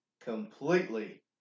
completely